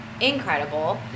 incredible